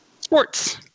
Sports